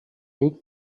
liegt